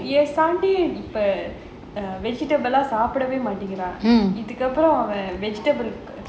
இப்ப:ippa err vegetable சாப்பிடவே மாடீங்கறான் இதுக்கு அப்புறம் அவன்:saapidavae maataengaran ithuku appuram avan